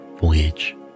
voyage